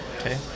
Okay